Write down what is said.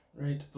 Right